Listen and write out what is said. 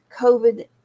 COVID